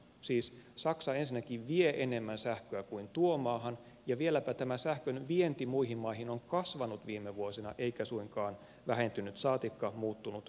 siis saksa ensinnäkin vie enemmän sähköä kuin tuo maahan ja vieläpä tämä sähkön vienti muihin maihin on kasvanut viime vuosina eikä suinkaan vähentynyt saatikka muuttunut sähkön tuonniksi